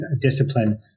discipline